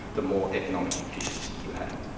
the more economic efficiency you have.